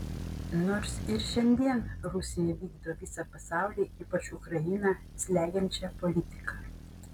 nors ir šiandien rusija vykdo visą pasaulį ypač ukrainą slegiančią politiką